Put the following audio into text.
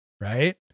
right